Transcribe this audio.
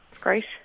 great